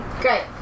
Great